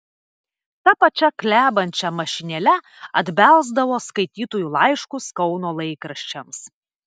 ta pačia klebančia mašinėle atbelsdavo skaitytojų laiškus kauno laikraščiams